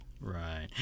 right